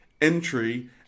entry